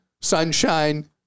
sunshine